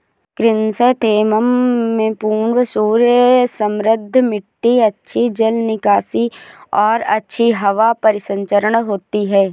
chrysanthemum में पूर्ण सूर्य समृद्ध मिट्टी अच्छी जल निकासी और अच्छी हवा परिसंचरण होती है